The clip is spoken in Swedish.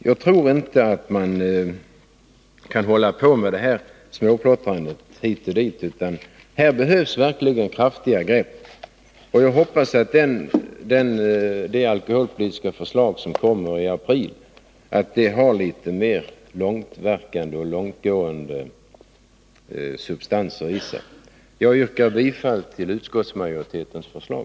Man kan inte hålla på med det här småplottrandet hit och dit, utan här behövs verkligen kraftiga grepp, och jag hoppas att det alkoholpolitiska förslag som kommer i april har litet mera av verksamma substanser i sig. Jag yrkar bifall till utskottsmajoritetens förslag.